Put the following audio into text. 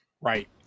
right